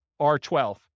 R12